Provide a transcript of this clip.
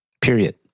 period